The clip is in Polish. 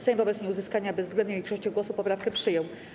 Sejm wobec nieuzyskania bezwzględnej większości głosów poprawkę przyjął.